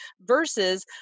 versus